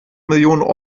millionen